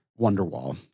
Wonderwall